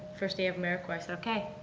first day of americorps, i said, okay,